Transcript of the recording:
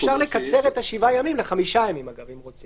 אפשר לקצר את השבעה ימים לחמישה ימים אם רוצים.